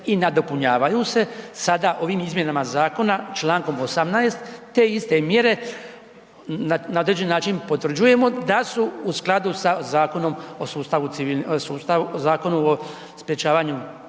i nadopunjavaju se, sada ovim izmjenama zakona čl. 18. te iste mjere na određeni način potvrđujemo da su u skladu sa Zakonom o sustavu civilne,